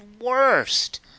worst